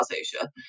Asia